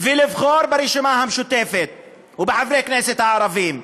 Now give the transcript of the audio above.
ולבחור ברשימה המשותפת ובחברי הכנסת הערבים.